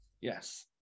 Yes